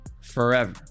forever